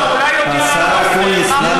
השר אקוניס.